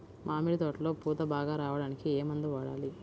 మామిడి తోటలో పూత బాగా రావడానికి ఏ మందు వాడాలి?